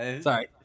Sorry